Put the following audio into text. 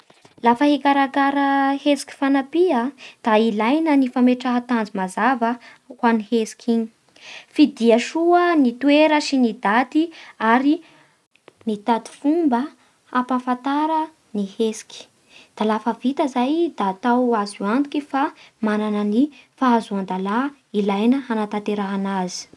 Lafa hikarakara hetsiky fanampia da ilaina ny fametraha tanjo mazava ho hany hitsiky igny. Fidia soa ny toera sy ny daty ary mitady fomba hapahafantara ny hetsiky? Da lafa vita zay da atao azo antoky fa mananan'ny fahazoan-dalà ilaina hanatanterahan'azy.